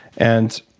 and